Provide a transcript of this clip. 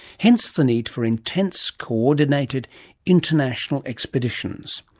hence the need for intense coordinated international expeditions.